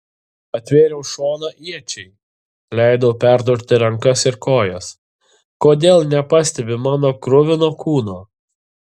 atvėriau šoną iečiai leidau perdurti rankas ir kojas kodėl nepastebi mano kruvino kūno